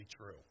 true